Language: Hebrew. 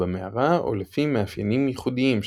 במערה או לפי מאפיינים ייחודיים שלה.